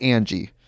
Angie